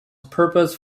purposed